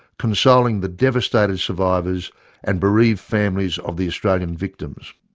consoling the devastated survivors and bereaved families of the australian victims?